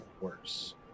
worse